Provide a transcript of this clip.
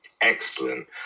Excellent